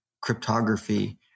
cryptography